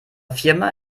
firma